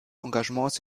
engagements